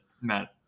Matt